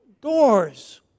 doors